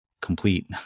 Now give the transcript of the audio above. complete